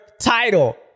title